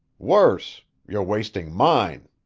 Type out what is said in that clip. worse, you're wasting mine.